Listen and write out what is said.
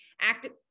active